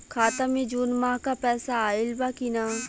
खाता मे जून माह क पैसा आईल बा की ना?